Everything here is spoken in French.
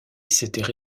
s’étaient